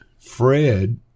Fred